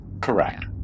Correct